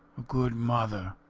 good mother.